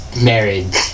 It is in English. married